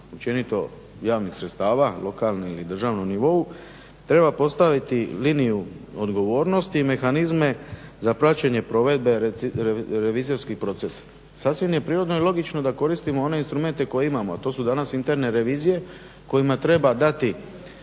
općenito javnih sredstava na lokalnom ili državnom nivou treba postaviti liniju odgovornosti i mehanizme za praćenje provedbe revizorskih procesa. Sasvim je prirodno i logično i da koristimo one instrumente koje imamo a to su danas interne revizije kojima treba dati